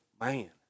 man